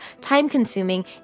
time-consuming